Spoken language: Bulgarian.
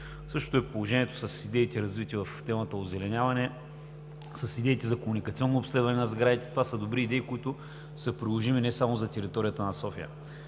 Същото е положението с идеите, развити в темата „Озеленяване“, с идеите за комуникационно обследване на сградите – това са добри идеи, които са приложими не само за територията на София.